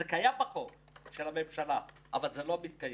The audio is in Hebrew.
זה קיים בחוק של הממשלה, אבל זה לא מתקיים.